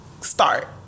start